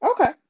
Okay